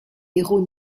héros